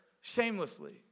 shamelessly